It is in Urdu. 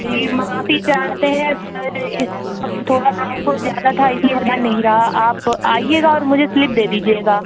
جی معافی چاہتے ہیں اس وقت تھوڑا کام کچھ زیادہ تھا اس لیے دھیان نہیں رہا آپ آئیے گا اور مجھے سلپ دے دیجیے گا